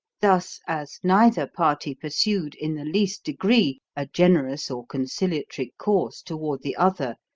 thus, as neither party pursued, in the least degree, a generous or conciliatory course toward the other,